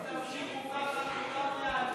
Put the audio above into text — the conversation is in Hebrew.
אם תמשיכו ככה כולם יעלו.